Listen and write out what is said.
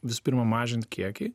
visų pirma mažint kiekį